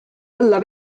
olla